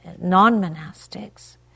non-monastics